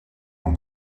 dans